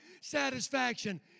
Satisfaction